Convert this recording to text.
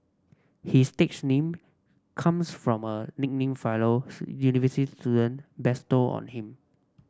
his stage name comes from a nickname fellow university student bestowed on him